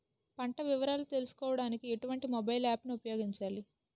పంట వివరాలు తెలుసుకోడానికి ఎటువంటి మొబైల్ యాప్ ను ఉపయోగించాలి?